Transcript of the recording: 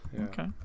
Okay